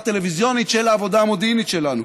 טלוויזיונית של העבודה המודיעינית שלנו.